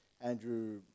Andrew